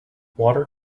water